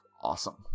awesome